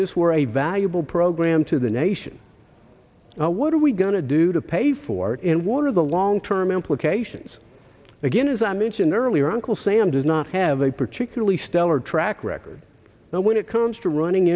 this were a valuable program to the nation what are we going to do to pay for it and what are the long term implications again as i mentioned earlier uncle sam does not have a particularly stellar track record when it comes to running